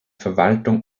verwaltung